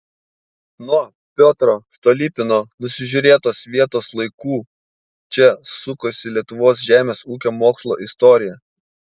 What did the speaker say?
nuo piotro stolypino nusižiūrėtos vietos laikų čia sukosi lietuvos žemės ūkio mokslo istorija